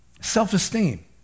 self-esteem